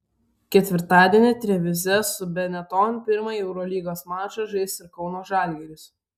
ketvirtadienį trevize su benetton pirmąjį eurolygos mačą žais ir kauno žalgiris